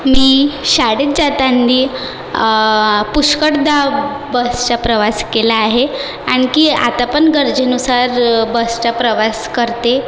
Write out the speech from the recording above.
मी शाळेत जातानी पुष्कळदा बसचा प्रवास केला आहे आणखी आता पण गरजेनुसार बसचा प्रवास करते